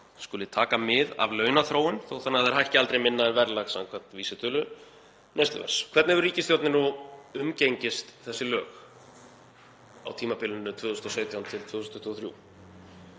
skuli taka mið af launaþróun, þó þannig að þær hækki aldrei minna en verðlag samkvæmt vísitölu neysluverðs. Hvernig hefur ríkisstjórnin umgengist þessi lög á tímabilinu 2017–2023?